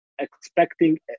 expecting